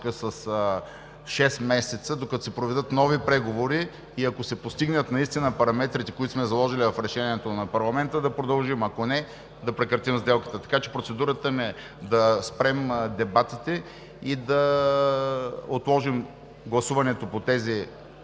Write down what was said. с шест месеца, докато се проведат нови преговори и ако се постигнат параметрите, които сме заложили в Решението на парламента, да продължим, ако не – да прекратим сделката. Процедурата ми е да спрем дебатите и да отложим гласуването по тези